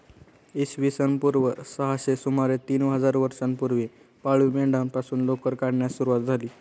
इसवी सन पूर्व सहाशे सुमारे तीन हजार वर्षांपूर्वी पाळीव मेंढ्यांपासून लोकर काढण्यास सुरवात झाली